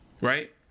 right